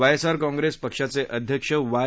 YSR Congress पक्षाचे अध्यक्ष Y